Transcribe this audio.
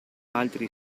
altri